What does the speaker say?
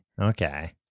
Okay